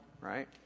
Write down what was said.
Right